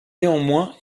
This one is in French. néanmoins